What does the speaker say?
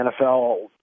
NFL